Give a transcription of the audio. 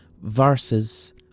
versus